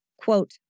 Quote